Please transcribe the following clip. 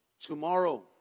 Tomorrow